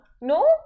no